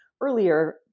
earlier